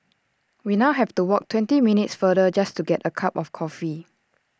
we now have to walk twenty minutes farther just to get A cup of coffee